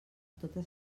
tota